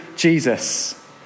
jesus